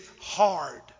hard